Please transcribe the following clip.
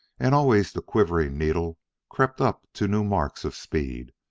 and always the quivering needle crept up to new marks of speed,